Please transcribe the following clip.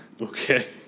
Okay